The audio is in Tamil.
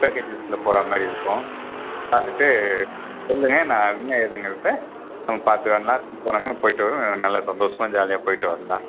ஃபுல் பேக்கேஜஸில் போகிற மாதிரி இருக்கும் பார்த்துட்டு சொல்லுங்க நான் என்ன ஏதுங்கிறத நம்ம பார்த்து எல்லாம் போயிட்டு வருவோம் நல்லா சந்தோஷமா ஜாலியாக போயிட்டு வந்தேன்